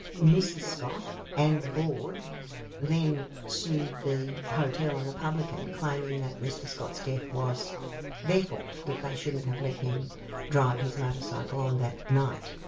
mrs scott and the board then sued the hotel and the publican, claiming that mr scott's death was their fault, that they shouldn't have let him drive his motorcycle on that night.